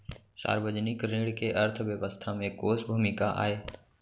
सार्वजनिक ऋण के अर्थव्यवस्था में कोस भूमिका आय?